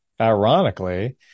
Ironically